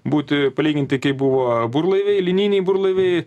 būti palyginti kai buvo burlaiviai linijiniai burlaiviai